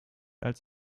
als